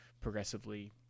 progressively